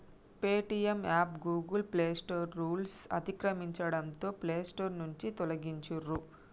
Paytm app Google Play Store రూల్స్ను అతిక్రమించడంతో Play Store నుంచి తొలగించిర్రు